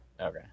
okay